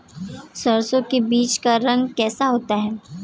सरसों के बीज का रंग कैसा होता है?